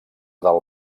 del